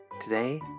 Today